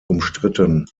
umstritten